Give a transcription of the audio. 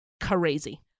crazy